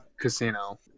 casino